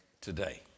today